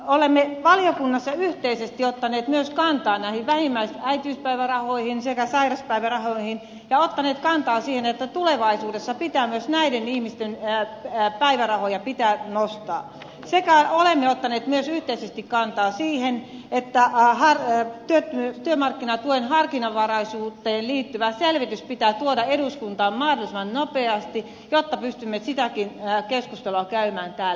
olemme valiokunnassa yhteisesti ottaneet myös kantaa näihin vähimmäisäitiyspäivärahoihin sekä sairauspäivärahoihin ja ottaneet kantaa siihen että tulevaisuudessa pitää myös näiden ihmisten päivärahoja nostaa sekä olemme ottaneet myös yhteisesti kantaa siihen että työmarkkinatuen harkinnanvaraisuuteen liittyvä selvitys pitää tuoda eduskuntaan mahdollisimman nopeasti jotta pystymme sitäkin keskustelua käymään täällä